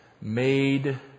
made